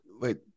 Wait